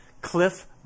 Cliff